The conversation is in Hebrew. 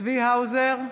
צבי האוזר,